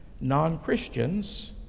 non-Christians